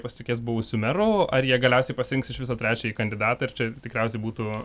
pasitikės buvusiu meru ar jie galiausiai pasirinks iš viso trečiąjį kandidatą ir čia tikriausiai būtų